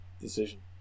decision